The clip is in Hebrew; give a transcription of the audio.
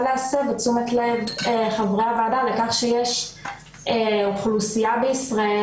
להסב את תשומת לב חברי הוועדה לכך שיש אוכלוסייה בישראל